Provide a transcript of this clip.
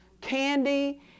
candy